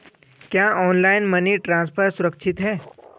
क्या online money transfer सुरक्षित है?